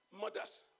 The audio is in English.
mothers